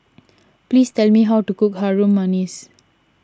please tell me how to cook Harum Manis